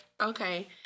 Okay